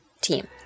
team